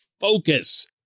focus